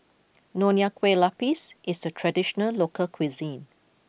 Nonya Kueh Lapis is a traditional local cuisine